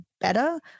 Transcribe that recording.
better